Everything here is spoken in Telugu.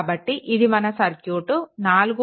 కాబట్టి ఇది మన సర్క్యూట్ 4